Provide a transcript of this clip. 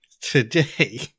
today